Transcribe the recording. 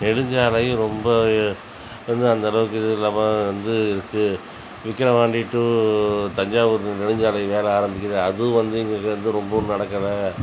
நெடுஞ்சாலையும் ரொம்ப வந்து அந்தளவுக்கு இது இல்லாமல் வந்து விக் விக்கிரவாண்டி டு தஞ்சாவூர் நெடுஞ்சாலை வேலை ஆரம்பிக்கிது அதுவும் வந்து எங்களுக்கு வந்து ரொம்ப நடக்கலை